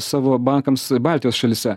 savo bankams baltijos šalyse